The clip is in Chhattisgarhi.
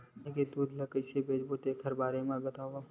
गाय दूध ल कइसे बेचबो तेखर बारे में बताओ?